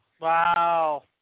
Wow